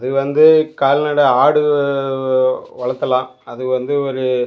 அது வந்து கால்நடை ஆடு வளர்த்தலாம் அது வந்து ஒரு